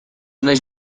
naiz